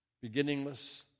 beginningless